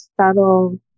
subtle